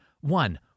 One